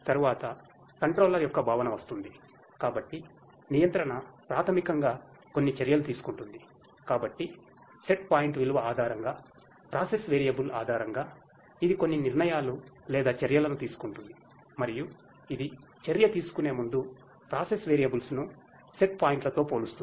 తరువాత కంట్రోలర్ ను సెట్ పాయింట్లతో పోలుస్తుంది